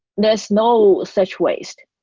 there's no such waste,